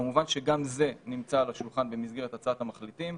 כמובן שגם זה נמצא על השולחן במסגרת הצעת המחליטים.